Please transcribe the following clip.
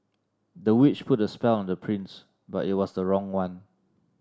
the witch put a spell on the prince but it was a wrong one